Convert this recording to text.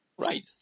Right